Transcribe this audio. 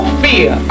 fear